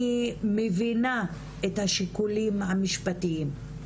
אני מבינה את השיקולים המשפטיים,